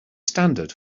standard